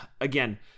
again